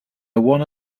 wanna